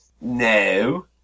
No